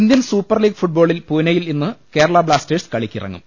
Indian super league ഫുട്ബോളിൽ പൂനെയിൽ ഇന്ന് കേരള ബ്ലാസ്റ്റേഴ്സ് കളിക്കിറങ്ങും